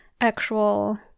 actual